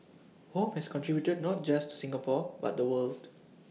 home has contributed not just to Singapore but the world